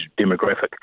demographic